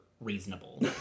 reasonable